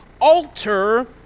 alter